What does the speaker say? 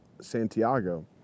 Santiago